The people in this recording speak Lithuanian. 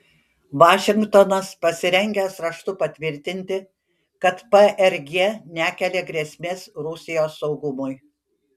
vašingtonas pasirengęs raštu patvirtinti kad prg nekelia grėsmės rusijos saugumui